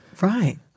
Right